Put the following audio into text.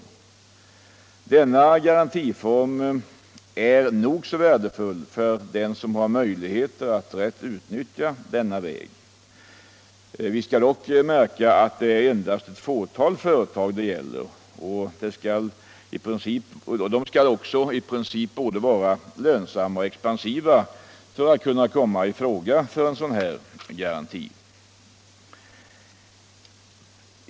Denna garantiform är nog så värdefull för dem som har möjligheter att rätt utnyttja den. Vi skall dock märka att det är endast ett fåtal företag det gäller. De skall också i princip vara både lönsamma och expansiva för att kunna komma i fråga för en sådan garanti.